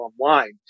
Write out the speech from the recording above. online